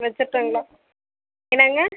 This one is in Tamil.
வெச்சுறட்டுங்களா என்னங்க